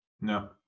No